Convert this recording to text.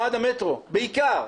נועד המטרו בעיקר.